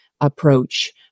approach